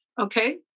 okay